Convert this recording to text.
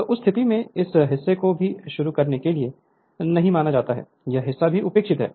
तो उस स्थिति में इस हिस्से को भी शुरू करने के लिए नहीं माना जाता है यह हिस्सा भी उपेक्षित है